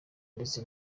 ndetse